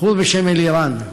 בחור בשם אלירן,